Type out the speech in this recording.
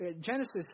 Genesis